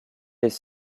les